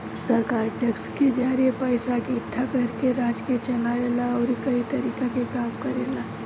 सरकार टैक्स के जरिए पइसा इकट्ठा करके राज्य के चलावे ला अउरी कई तरीका के काम करेला